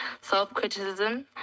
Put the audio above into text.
self-criticism